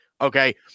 Okay